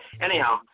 anyhow